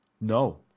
No